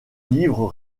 livre